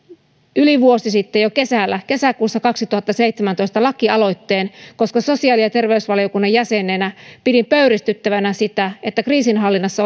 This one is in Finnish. yli vuosi sitten jo kesällä kesäkuussa kaksituhattaseitsemäntoista lakialoitteen koska sosiaali ja terveysvaliokunnan jäsenenä pidin pöyristyttävänä sitä että kriisinhallinnassa